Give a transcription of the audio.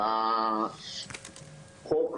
החוק,